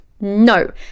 no